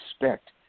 respect